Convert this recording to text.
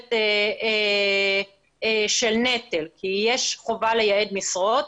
תוספת של נטל, כי יש חובה לייעד משרות.